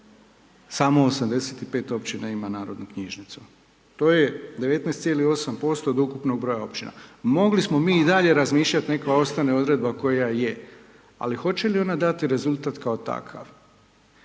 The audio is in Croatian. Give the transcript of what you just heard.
samo 85 općina ima narodnu knjižnicu. To je 19,8% od ukupnog broja općina. Mogli smo mi i dalje razmišljati neka ostane odredba koja je, ali hoće li ona dati rezultat kao takav.